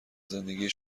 زندگی